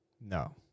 No